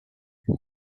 there